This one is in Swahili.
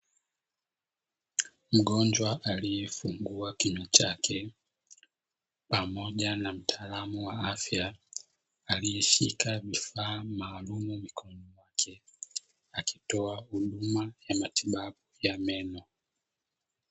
Mgonjwa aliyefungua kinywa chake, pamoja na mtaalamu wa afya aliyeshika vifaa maalumu mkononi mwake akitoa huduma ya matibabu ya meno.